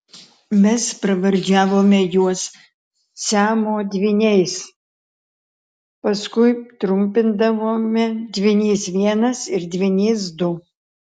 mes pravardžiavome juos siamo dvyniais paskui trumpindavome dvynys vienas ir dvynys du